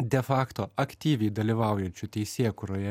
defakto aktyviai dalyvaujančių teisėkūroje